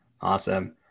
Awesome